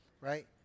Right